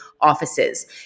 offices